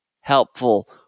helpful